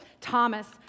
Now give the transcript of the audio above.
Thomas